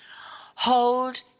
hold